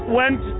went